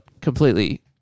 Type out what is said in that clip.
completely